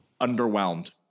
Underwhelmed